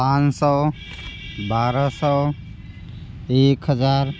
पाँच सौ बारह सौ एक हज़ार